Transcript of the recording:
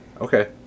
Okay